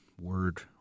word